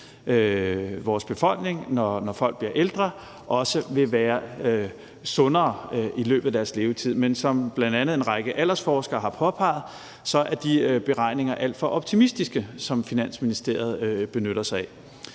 vores befolkning, når folk bliver ældre, også vil være sundere i løbet af deres levetid. Men som bl.a. en række aldersforskere har påpeget, er de beregninger, som Finansministeriet benytter sig af,